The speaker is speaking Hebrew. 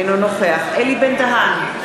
אינו נוכח אלי בן-דהן,